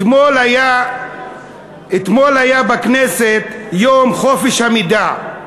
אתמול היה בכנסת יום חופש המידע.